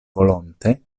volonte